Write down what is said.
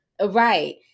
Right